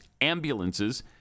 ambulances